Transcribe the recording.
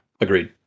Agreed